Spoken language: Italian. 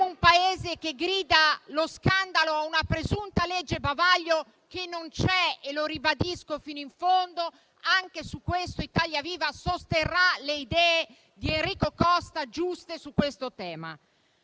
un Paese che grida allo scandalo, a una presunta legge bavaglio che non c'è. Lo ribadisco fino in fondo e, anche su questo, Italia Viva sosterrà le giuste idee di Enrico Costa su questo tema.